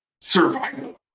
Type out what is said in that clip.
survival